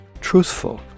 truthful